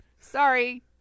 Sorry